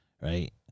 right